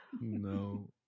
No